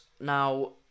now